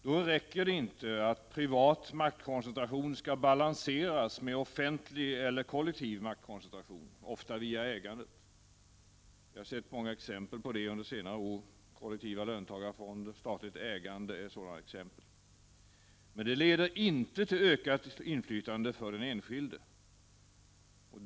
Då räcker det inte att privat maktkoncentration balanseras med offentlig eller kollektiv maktkoncentration, ofta via ägandet. Vi har sett många exempel på det under senare år. Kollektiva löntagarfonder och statligt ägande är sådana exempel. Men det leder inte till ökat inflytande för den enskilde.